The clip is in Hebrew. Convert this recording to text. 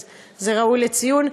אז זה ראוי לציון.